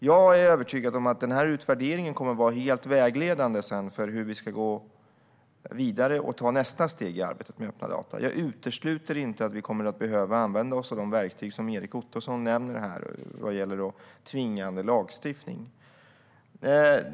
Jag är övertygad om att denna utvärdering kommer att vara helt vägledande för hur vi sedan kan gå vidare och ta nästa steg i arbetet med öppna data. Jag utesluter inte heller att vi kommer att behöva använda oss av de verktyg som Erik Ottoson nämner vad gäller tvingande lagstiftning.